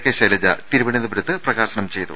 K Shailaja തിരു വനന്തപുരത്ത് പ്രകാശനം ചെയ്തു